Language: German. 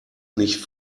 nicht